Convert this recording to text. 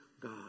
God